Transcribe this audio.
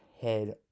head